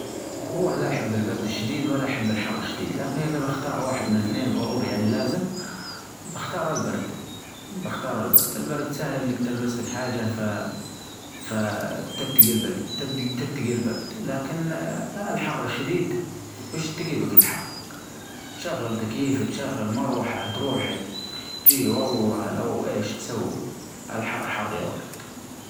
والله لا أحب البرد الشديد ولا أحب الحر الشديد، لكن إذا بختار واحد من أثنين ظروري يعني لازم أختار البرد بختار البرد البرد سهل أنك تلبس لك حاجة فتتجي البل تتجي البرد لكن الحر الشديد وش تجيبك الحر؟ شغل تكييف تشغل مروحة تروح تجي والله لو أيش تسوي الحر حر يا ولد.